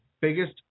biggest